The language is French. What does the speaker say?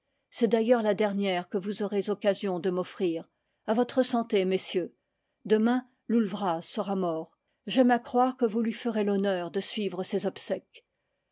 c'est d'ailleurs la dernière que vous aurez occasion de m'offrir a votre santé messieurs demain loull vraz era mort j'aime à croire que vous lui ferez l'honneur de suivre ses obsèques